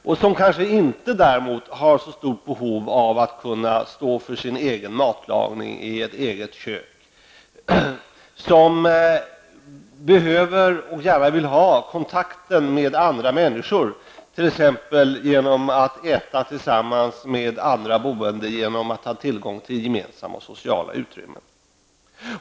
De har kanske däremot inte så stort behov av att kunna stå för sin egen matlagning i ett eget kök. De behöver och vill gärna ha kontakten med andra människor, t.ex. genom gemensamma måltider tillsammans med andra boende och genom att ha tillgång till gemensamma sociala utrymmen.